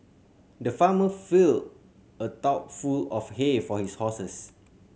the farmer filled a trough full of hay for his horses